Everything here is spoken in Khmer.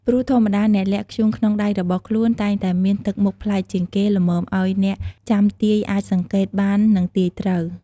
ព្រោះធម្មតាអ្នកលាក់ធ្យូងក្នុងដៃរបស់ខ្លួន តែងតែមានទឹកមុខប្លែកជាងគេ ល្មមឲ្យអ្នក ចាំទាយអាចសង្កេតបាន និងទាយត្រូវ។